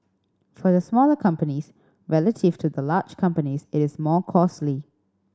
for the smaller companies relative to the large companies it is more costly